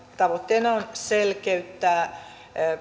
tavoitteena on selkeyttää